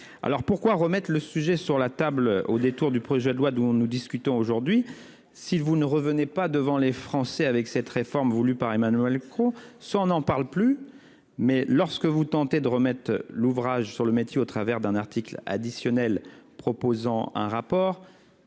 Pourquoi remettre ce sujet sur la table au détour du projet de loi dont nous discutons aujourd'hui si vous ne voulez pas présenter aux Français cette réforme voulue par Emmanuel Macron ?